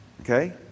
Okay